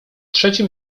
trzecim